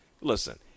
listen